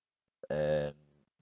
and